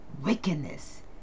wickedness